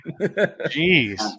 Jeez